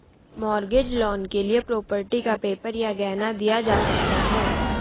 mortgage loan के लिए property का पेपर या गहना दिया जा सकता है